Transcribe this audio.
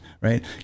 Right